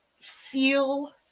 feel